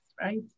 right